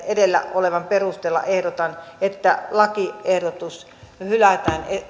edellä olevan perusteella ehdotan että lakiehdotus hylätään